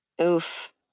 Oof